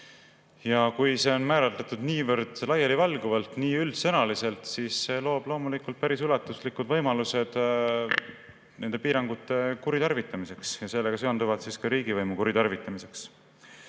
Kui see on määratletud niivõrd laialivalguvalt, nii üldsõnaliselt, siis loob see loomulikult päris ulatuslikud võimalused nende piirangute kuritarvitamiseks ja sellega seonduvalt ka riigivõimu kuritarvitamiseks.